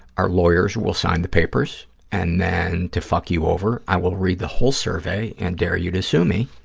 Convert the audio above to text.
our lawyers will will sign the papers and then, to fuck you over, i will read the whole survey and dare you to sue me.